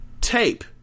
tape